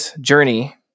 Journey